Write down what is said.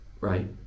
Right